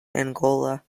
angola